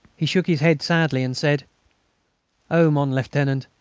he shook his head sadly, and said oh, mon lieutenant!